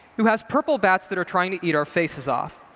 who has purple bats that are trying to eat our faces off.